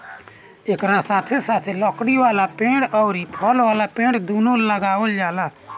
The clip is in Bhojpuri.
एकरा साथे साथे लकड़ी वाला पेड़ अउरी फल वाला पेड़ दूनो लगावल जाला